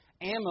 ammo